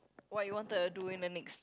what you want to do in the next